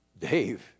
Dave